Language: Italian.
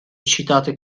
citate